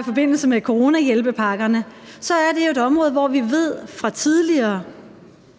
i forbindelse med coronahjælpepakkerne. Det er jo et område, hvor vi fra tidligere